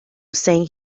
saying